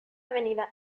avenida